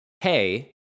hey